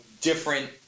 different